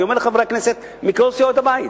אני אומר לחברי הכנסת מכל סיעות הבית: